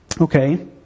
okay